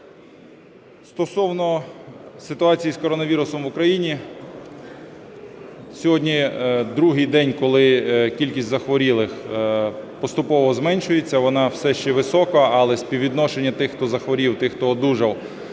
Стосовно ситуації з коронавірусом в Україні. Сьогодні другий день, коли кількість захворілих поступово зменшується, вона все ще висока, але співвідношення тих, хто захворів, і тих, хто одужав,